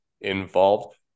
involved